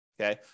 Okay